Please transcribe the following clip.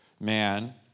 Man